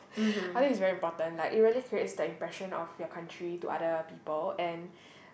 I think it's very important like it really creates the impression of your country to other people and